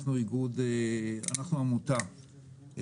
אנחנו עמותה,